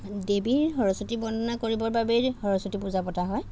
দেৱীৰ সৰস্বতী বন্দনা কৰিবৰ বাবেই সৰস্বতী পূজা পতা হয়